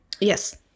Yes